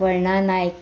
Warna Naik